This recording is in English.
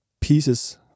pieces